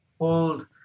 hold